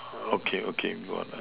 okay okay go out lah